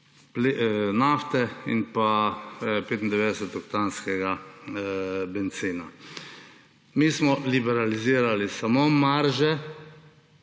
nafte in pa 95-oktanskega bencina. Mi smo liberalizirali samo marže,